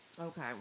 Okay